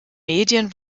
medien